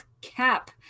cap